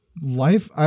Life